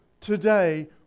today